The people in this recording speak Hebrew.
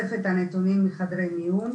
אגף מידע שאוסף את הנתונים מכלל חדרי המיון,